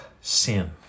sin